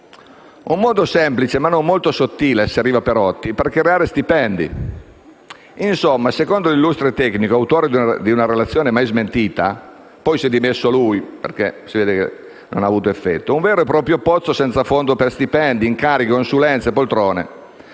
«Un modo semplice ma non molto sottile» asseriva Perotti «per creare stipendi». Insomma, secondo l'illustre tecnico, autore di una relazione mai smentita (poi dimessosi perché forse non aveva ottenuto effetti), si tratta di un vero e proprio pozzo senza fondo per stipendi, incarichi, consulenze e poltrone.